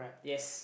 yes